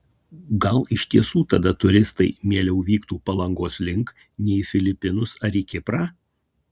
gal iš tiesų tada turistai mieliau vyktų palangos link nei į filipinus ar į kiprą